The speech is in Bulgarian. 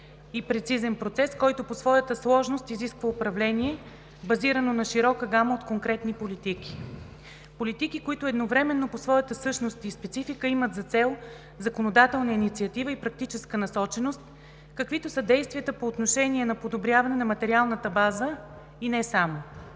и прецизен процес, който по своята сложност изисква управление, базирано на широка гама от конкретни политики – политики, които едновременно по своята същност и специфика имат за цел законодателна инициатива и практическа насоченост, каквито са действията по отношение на подобряване на материалната база, и не само.